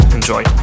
Enjoy